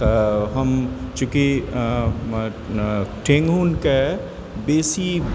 तऽ चूँकि हम ठेहुनके बेसी